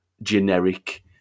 Generic